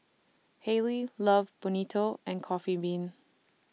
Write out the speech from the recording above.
Haylee Love Bonito and Coffee Bean